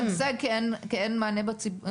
השוק הפרטי משגשג כי אין מענה ציבורי.